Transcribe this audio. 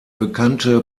bekannte